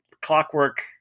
clockwork